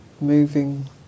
moving